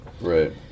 Right